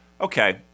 okay